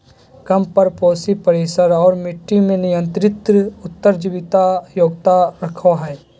कम परपोषी परिसर और मट्टी में नियंत्रित उत्तर जीविता योग्यता रखो हइ